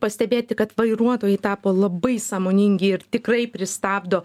pastebėti kad vairuotojai tapo labai sąmoningi ir tikrai pristabdo